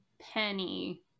Penny